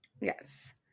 Yes